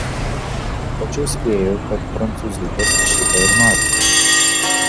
tačiau spėju kad prancūziukas šito ir nori